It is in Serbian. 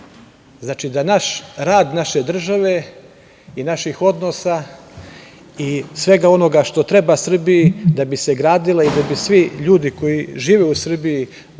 Znači da rad naše države i naših odnosa i svega onoga što treba Srbiji da bi se gradila i da bi svi ljudi koji žive u Srbiji